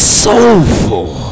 soulful